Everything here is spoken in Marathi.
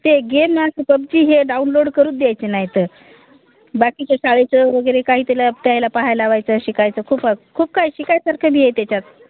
ते गेम अस पबजी हे डाउनलोड करू द्यायचे नाहीतं बाकीच्या शाळेचं वगैरे काही त्येला त्यायला पाहाय लावायचं शिकायचं खूप खूप काय शिकायसारखं बी आहे त्याच्यात